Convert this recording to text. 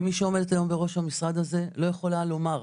כמי שעומדת היום בראש המשרד הזה לא יכולה לומר,